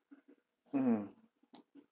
mmhmm